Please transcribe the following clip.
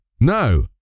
no